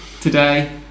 today